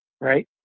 Right